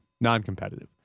non-competitive